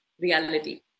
reality